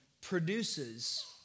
produces